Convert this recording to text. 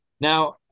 now